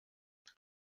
what